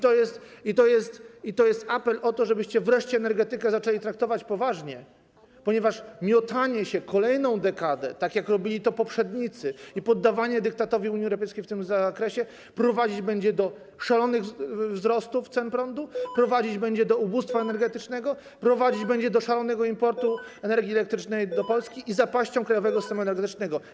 To jest apel o to, żebyście wreszcie energetykę zaczęli traktować poważnie, ponieważ miotanie się kolejną dekadę, tak jak robili to poprzednicy, i poddawanie dyktatowi Unii Europejskiej w tym zakresie prowadzić będzie do szalonych wzrostów cen prądu, prowadzić będzie do ubóstwa energetycznego, prowadzić będzie do szalonego importu energii elektrycznej do Polski i zapaści krajowego systemu energetycznego.